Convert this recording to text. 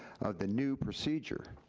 of the new procedure.